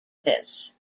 this